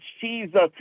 Jesus